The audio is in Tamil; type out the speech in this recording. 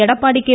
எடப்பாடி கே